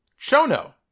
Chono